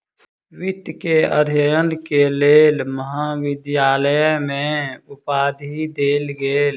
वित्त के अध्ययन के लेल महाविद्यालय में उपाधि देल गेल